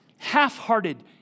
half-hearted